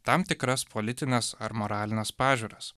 tam tikras politines ar moralines pažiūras